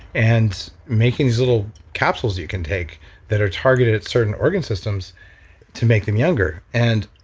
and making these little capsules you can take that are targeted at certain organ systems to make them younger. and